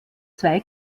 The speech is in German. zwei